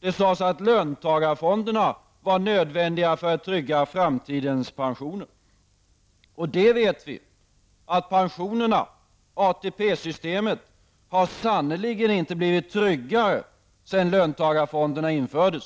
Det sades att löntagarfonderna var nödvändiga för att trygga framtidens pensioner. Och vi vet att pensionerna, ATP-systemet, sannerligen inte har blivit tryggare sedan löntagarfonderna infördes.